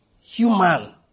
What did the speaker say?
human